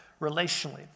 relationally